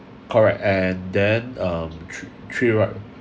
correct and then um thre~ three right